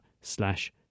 slash